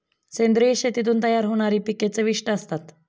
सेंद्रिय शेतीतून तयार होणारी पिके चविष्ट असतात